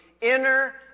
inner